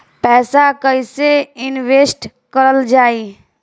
पैसा कईसे इनवेस्ट करल जाई?